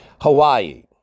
Hawaii